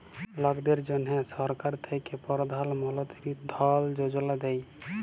লকদের জ্যনহে সরকার থ্যাকে পরধাল মলতিরি ধল যোজলা দেই